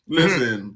listen